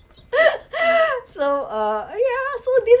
so uh yeah so this